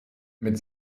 mit